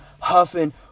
huffing